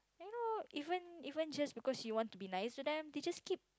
you know even even just because she want to be nice so they just keep